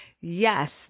Yes